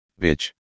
bitch